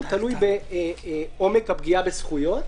תלוי בעומק הפגיעה בזכויות.